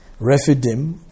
refidim